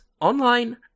online